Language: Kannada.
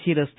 ಸಿ ರಸ್ತೆ